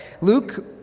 Luke